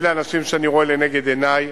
אלה האנשים שאני רואה לנגד עיני,